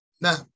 Now